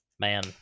Man